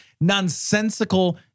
nonsensical